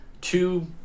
Two